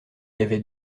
avait